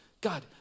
God